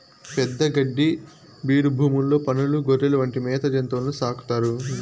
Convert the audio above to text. పెద్ద గడ్డి బీడు భూముల్లో పసులు, గొర్రెలు వంటి మేత జంతువులను సాకుతారు